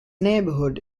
neighbourhood